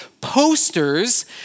posters